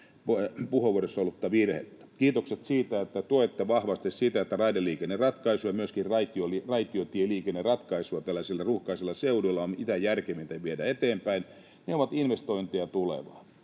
puheenvuorossa olleen virheen. Kiitokset siitä, että tuette vahvasti sitä, että raideliikenneratkaisuja, myöskin raitiotieliikenneratkaisuja, tällaisilla ruuhkaisilla seuduilla on mitä järkevintä viedä eteenpäin. Ne ovat investointeja tulevaan.